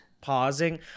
Pausing